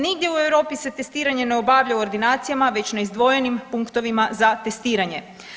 Nigdje u Europi se testiranje ne obavlja u ordinacijama već na izdvojenim punktovima za testiranje.